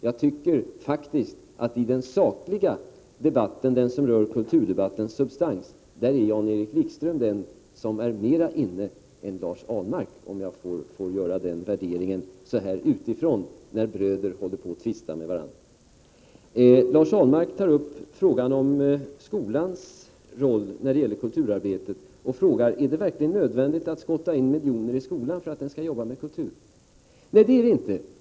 Jag tycker faktiskt att i den sakliga debatten, den som rör kulturpolitikens substans, där är Jan-Erik Wikström den som är mer inne än Lars Ahlmark — om jag får göra den värderingen så här utifrån, när bröder tvistar med varandra. Lars Ahlmark tog upp frågan om skolans roll i kulturarbetet och undrade: Är det verkligen nödvändigt att skotta in miljoner i skolan för att den skall jobba med kultur? Nej, det är det inte.